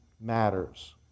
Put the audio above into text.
matters